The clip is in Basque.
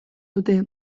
dute